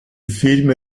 film